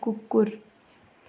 कुकुर